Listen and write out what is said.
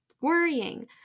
worrying